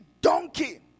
donkey